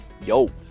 Yo